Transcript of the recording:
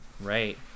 Right